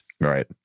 Right